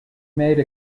made